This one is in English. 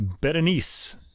Berenice